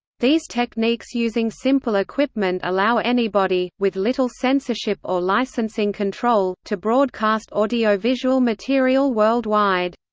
these techniques using simple equipment allow anybody, with little censorship or licensing control, to broadcast audio-visual material worldwide.